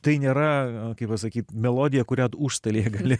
tai nėra kaip pasakyti melodiją kurią užstalėje gali